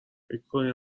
میکنی